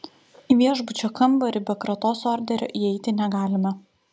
į viešbučio kambarį be kratos orderio įeiti negalime